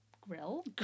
grill